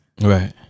Right